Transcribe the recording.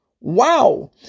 Wow